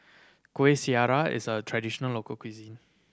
Kueh Syara is a traditional local cuisine